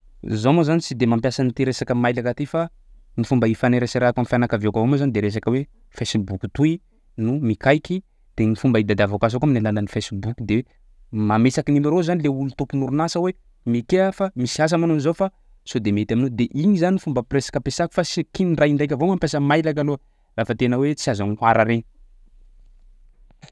Zaho moa zany tsy de mampiasa an'ity resaka mailaka ty fa ny fomba ifaneraserako am'fianakaviako avao moa zany de resaka hoe facebook toy no mikaiky de gny fomba itadiavako asa koa amin'ny facebook de mametsaky numéro zany le olo tompon'orinasa hoe mikeha fa misy asa manao an'zao fa sao de mety aminao de igny zany fomba presque ampiasako fa s- kindraindraiky avao mampiasa mailaka aloha lafa tena hoe tsy azo anohara regny.